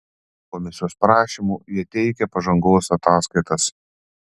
komisijos prašymu jie teikia pažangos ataskaitas